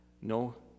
No